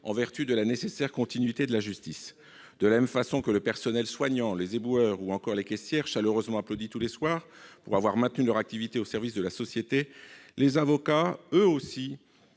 en vertu de la nécessaire continuité de la justice. De la même façon que le personnel soignant, les éboueurs ou encore les caissières, chaleureusement applaudis tous les soirs pour avoir maintenu leur activité au service de la société, les avocats ont